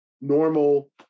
normal